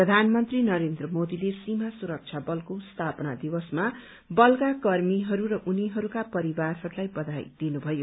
प्रधानमन्त्री नरेन्द्र मोदीले सीमा सुरक्षा बलको स्थापना दिवसमा बलका कर्मीहरू र उनीहरूका परिवारलाई बधाई दिनुभयो